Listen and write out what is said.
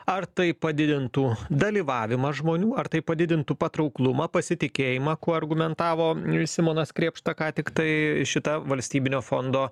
ar tai padidintų dalyvavimą žmonių ar tai padidintų patrauklumą pasitikėjimą kuo argumentavo simonas krėpšta ką tiktai šita valstybinio fondo